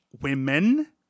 women